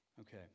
Okay